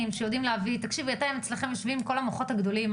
שיודעים להביא אצלכם יושבים כל המוחות הגדולים.